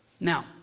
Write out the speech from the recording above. Now